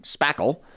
spackle